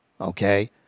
Okay